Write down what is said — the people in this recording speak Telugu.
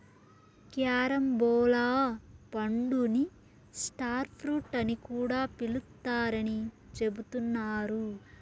క్యారంబోలా పండుని స్టార్ ఫ్రూట్ అని కూడా పిలుత్తారని చెబుతున్నారు